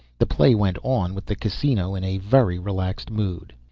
the play went on with the casino in a very relaxed mood.